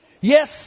Yes